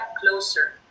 closer